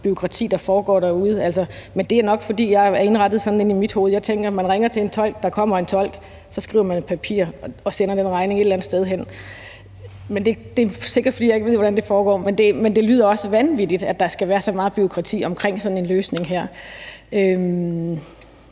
bureaukrati, der foregår derude. Men det er nok, fordi jeg er indrettet sådan i mit hoved, at jeg tænker, at man ringer til en tolk, der kommer en tolk, og så skriver man et papir og sender den regning et eller andet sted hen. Men det er sikkert, fordi jeg ikke ved, hvordan det foregår. Men det lyder også vanvittigt, at der skal være så meget bureaukrati omkring sådan en løsning her. Jeg